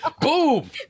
Boom